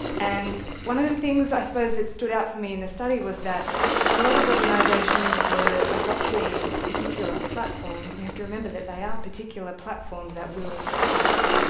and one of the things i suppose that stood out for me in the study was that a lot of organisations were adopting particular platforms, and we have to remember that they are particular platforms that we will pass.